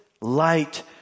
light